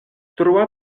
troa